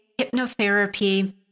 hypnotherapy